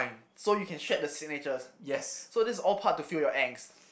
so you can shred the signatures so this all part to feel your angst